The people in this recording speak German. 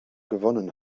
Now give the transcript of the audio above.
gewonnen